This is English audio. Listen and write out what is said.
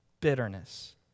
bitterness